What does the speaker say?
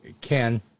Ken